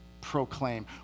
proclaim